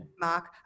Mark